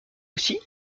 aussi